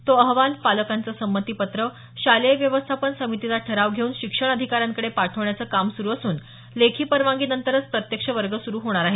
तो अहवाल पालकांचं संमतीपत्र शालेय व्यवस्थापन समितीचा ठराव घेऊन शिक्षण अधिकाऱ्यांकडे पाठवण्याचं काम सुरु असून लेखी परवानगीनंतरच प्रत्यक्ष वर्ग सुरू होणार आहेत